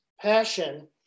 passion